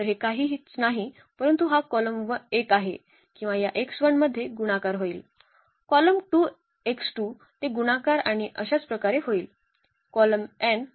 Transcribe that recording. तर हे काहीच नाही परंतु हा कॉलम 1 आहे किंवा या मध्ये गुणाकार होईल कॉलम 2 ने गुणाकार आणि अशाच प्रकारे होईल